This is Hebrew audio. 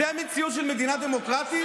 זו המציאות של מדינה דמוקרטית?